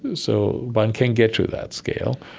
so one can get to that scale,